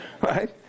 right